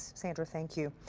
sandra, thank you.